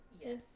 Yes